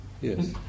Yes